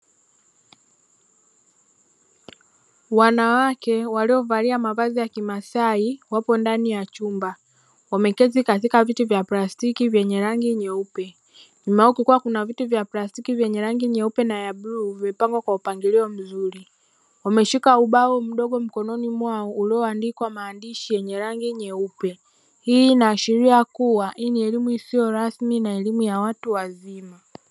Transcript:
Wanawake waliovalia mavazi ya kimasai wapo ndani ya chumba wameketi katika viti vya plastiki vyenye rangi nyeupe nyuma yao kukiwa kuna viti vya plastiki vyenye rangi nyeupe na ya bluu vimepangwa kwa mupangilio mzuri wameshika ubao mdogo mkononi mwao ulioandikwa maandishi yenye rangi nyeupe ,hii inaashiria kuwa hii ni elimu isiyo rasmi na elimu ya watu wazima.